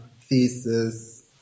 thesis